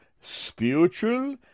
spiritual